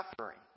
suffering